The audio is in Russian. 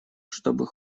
чтобы